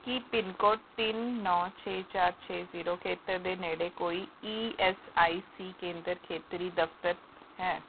ਕੀ pincode ਤਿੰਨ ਨੌੌਂ ਛੇ ਚਾਰ ਛੇ ਜ਼ੀਰੋ ਖੇਤਰ ਦੇ ਨੇੜੇ ਕੋਈ ਈ ਐੱਸ ਆਈ ਸੀ ਕੇਂਦਰ ਖੇਤਰੀ ਦਫ਼ਤਰ ਹੈ